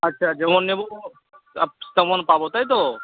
আচ্ছা যেমন নেবো তা তেমন পাবো তাই তো